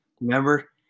Remember